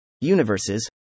universes